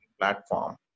platform